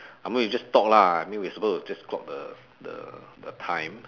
I mean you just talk lah I mean we supposed to just clock the the the time